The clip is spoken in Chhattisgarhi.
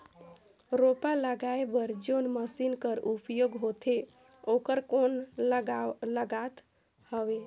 रोपा लगाय बर जोन मशीन कर उपयोग होथे ओकर कौन लागत हवय?